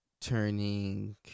turning